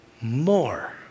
more